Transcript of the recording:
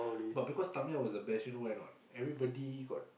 but because Tamiya was the best you know why or not everybody got